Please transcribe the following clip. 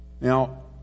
Now